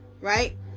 right